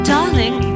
Darling